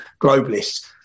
globalists